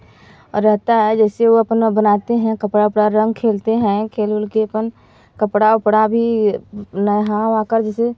रहता है जैसे वह अपना बनाते हैं कपड़ा उपड़ा रंग खेलते हैं खेल उल के अपन कपड़ा उपड़ा भी नहा वहा कर जैसे